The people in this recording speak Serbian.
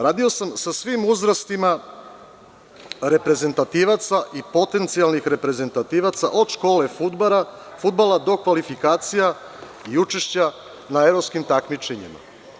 Radio sam sa svim uzrastima reprezentativaca i potencijalnih reprezentativaca, od škole fudbala do kvalifikacija i učešća na evropskim takmičenjima.